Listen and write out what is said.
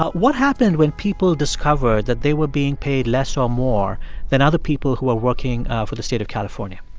but what happened when people discovered that they were being paid less or more than other people who are working ah for the state of california?